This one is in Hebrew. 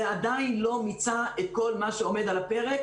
זה עדיין לא מיצה את כל מה שעומד על הפרק